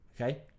Okay